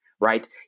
right